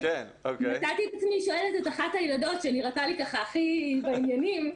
מצאתי את עצמי שואלת את אחת הילדות שנראתה לי הכי בעניינים,